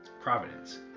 Providence